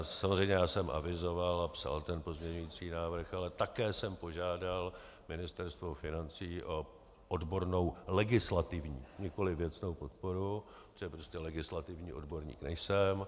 Samozřejmě já jsem avizoval a psal ten pozměňovací návrh, ale také jsem požádal Ministerstvo financí o odbornou legislativní, nikoli věcnou podporu, protože legislativní odborník nejsem.